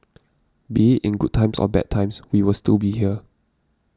be it in good times or bad times we will still be here